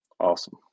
Awesome